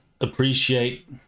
appreciate